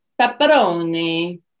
Pepperoni